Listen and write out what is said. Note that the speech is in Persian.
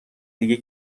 دیگه